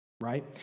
right